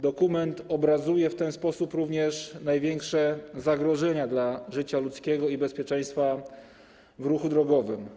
Dokument obrazuje w ten sposób również największe zagrożenia dla życia ludzkiego i bezpieczeństwa w ruchu drogowym.